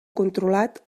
controlat